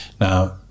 Now